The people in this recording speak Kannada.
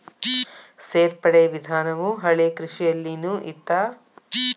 ಸೇರ್ಪಡೆ ವಿಧಾನವು ಹಳೆಕೃಷಿಯಲ್ಲಿನು ಇತ್ತ